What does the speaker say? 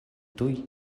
tuj